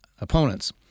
opponents